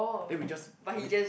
then we just we